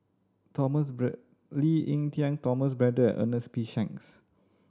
Thomas Lee Ek Tieng Thomas Braddell and Ernest P Shanks